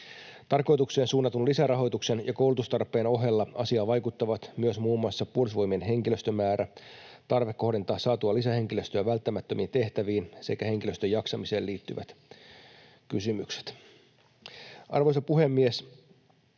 Tarkoitukseen suunnatun lisärahoituksen ja koulutustarpeen ohella asiaan vaikuttavat myös muun muassa Puolustusvoimien henkilöstömäärä, tarve kohdentaa saatua lisähenkilöstöä välttämättömiin tehtäviin sekä henkilöstön jaksamiseen liittyvät kysymykset — ja koronapandemia